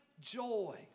joy